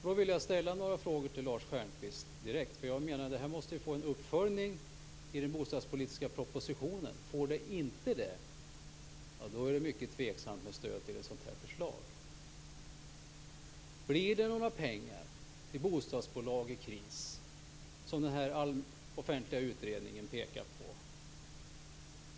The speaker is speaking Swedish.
Då vill jag ställa några frågor till Lars Stjernkvist direkt, för jag menar att det här måste få en uppföljning i den bostadspolitiska propositionen. Får det inte det, är det mycket tveksamt med stöd till ett sådant här förslag. Blir det några pengar till bostadsbolag i kris som den här offentliga utredningen pekar på?